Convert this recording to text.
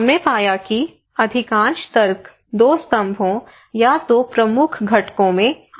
हमने पाया कि अधिकांश तर्क दो स्तंभों या दो प्रमुख घटकों में आ रहे हैं